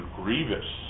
grievous